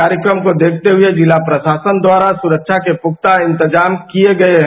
कार्यक्रम को देखते हुए जिला प्रशासन द्वारा सुरक्षा के पुख्ता इंतजाम किए गए हैं